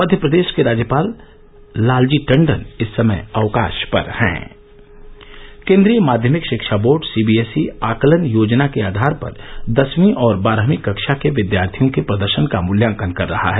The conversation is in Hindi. मध्य प्रदेश के राज्यपाल लाल जी टंडन इस समय अवकाश पर है केन्द्रीय माध्यमिक शिक्षा बोर्ड सीबीएसई आकलन योजना के आधार पर दसवीं और बारहवीं कक्षा के विद्यार्थियों के प्रदर्शन का मुल्यांकन कर रहा है